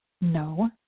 No